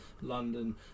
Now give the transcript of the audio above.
London